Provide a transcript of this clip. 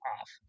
off